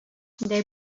they